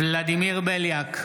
ולדימיר בליאק,